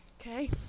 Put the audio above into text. Okay